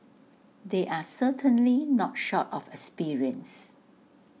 they are certainly not short of experience